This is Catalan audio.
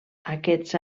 aquests